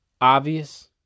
obvious